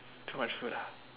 too much food ah